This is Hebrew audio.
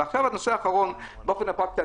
ועכשיו הנושא האחרון באופן הפרקטי,